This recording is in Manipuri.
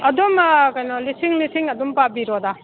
ꯑꯗꯨꯝ ꯀꯩꯅꯣ ꯂꯤꯁꯤꯡ ꯂꯤꯁꯤꯡ ꯑꯗꯨꯝ ꯄꯥꯕꯤꯔꯣꯗ